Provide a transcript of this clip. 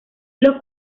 los